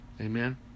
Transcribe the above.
Amen